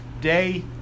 day